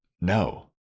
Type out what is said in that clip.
No